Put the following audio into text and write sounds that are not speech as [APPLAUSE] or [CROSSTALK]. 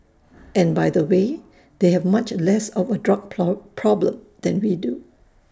and by the way they have much less of A drug [UNINTELLIGIBLE] problem than we do